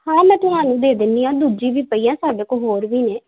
ਹਾਂ ਮੈਂ ਤੁਹਾਨੂੰ ਦੇ ਦਿੰਦੀ ਹਾਂ ਦੂਜੀ ਵੀ ਪਈ ਆ ਸਾਡੇ ਕੋਲ ਹੋਰ ਵੀ ਨੇ